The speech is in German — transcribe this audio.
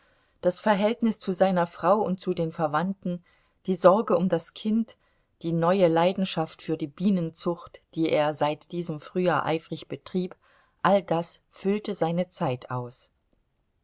das verhältnis zu seiner frau und zu den verwandten die sorge um das kind die neue leidenschaft für die bienenzucht die er seit diesem frühjahr eifrig betrieb all das füllte seine zeit aus